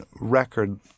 record